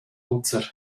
nutzer